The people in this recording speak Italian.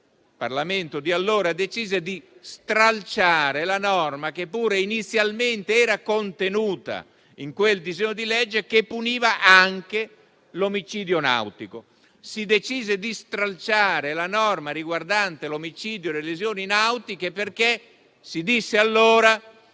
il Parlamento di allora decise di stralciare la norma, che pure inizialmente era contenuta in quel disegno di legge, che puniva anche l'omicidio nautico. Si decise di stralciare la norma riguardante l'omicidio e le lesioni nautiche perché, si disse allora,